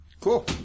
Cool